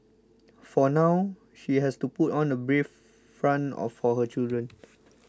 for now she has to put on a brave front of for her children